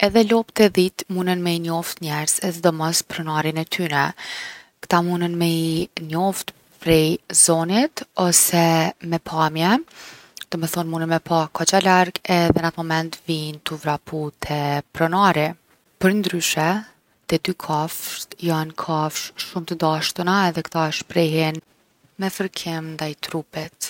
Edhe lopt e dhitë munen mi i njoft njerzt, e sidomos pronarin e tyne. Kta munen mi njoft prej zonit ose me pamje, domethon’ munen me pa kogja larg edhe n’atë moment vijnë tu vrapu te pronari. Përndryshe te dy kafsht jon kafsh shum’ t’dashtuna edhe kta e shprehin me fërkim ndaj trupit.